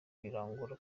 birangora